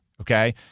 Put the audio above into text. okay